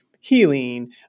healing